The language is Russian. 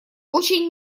очень